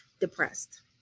depressed